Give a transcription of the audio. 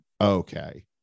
okay